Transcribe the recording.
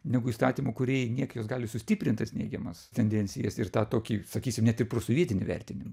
negu įstatymų kūrėjai niekai jos gali sustiprint tas neigiamas tendencijas ir tą tokį sakysim net ir prosovietinį vertinimą